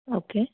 okay